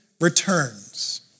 returns